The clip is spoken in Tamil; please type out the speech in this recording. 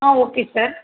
ah okay sir